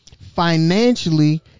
financially